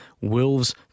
Wolves